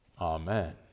Amen